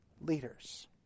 leaders